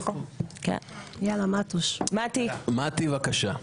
מטי, בבקשה.